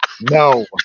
No